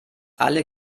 alle